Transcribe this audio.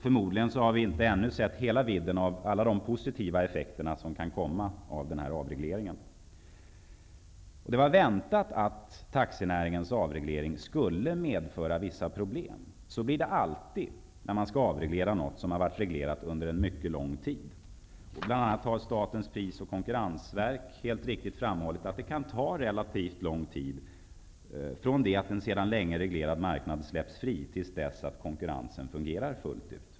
Förmodligen har vi ännu inte sett hela vidden av de positiva effekter som kan komma av avregleringen. Det var väntat att taxinäringens avregelring skulle medföra vissa problem. Så blir det alltid när man skall avreglera något som varit reglerat under en mycket lång tid. Bl.a. har Statens pris och konkurrensverk helt riktigt framhållit att det kan ta relativt lång tid från det att en sedan länge reglerad marknad släpps fri till dess konkurrensen fungerar fullt ut.